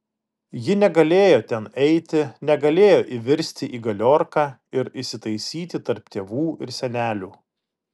ji negalėjo ten eiti negalėjo įvirsti į galiorką ir įsitaisyti tarp tėvų ir senelių